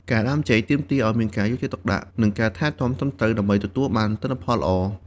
ការដាំចេកទាមទារឱ្យមានការយកចិត្តទុកដាក់ និងការថែទាំត្រឹមត្រូវដើម្បីទទួលបានទិន្នផលល្អ។